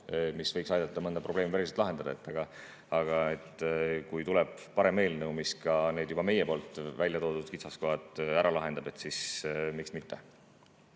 soov, et aidata mõnda probleemi päriselt lahendada. Aga kui tuleb parem eelnõu, mis ka meie välja toodud kitsaskohad ära lahendab, siis miks mitte.